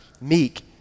meek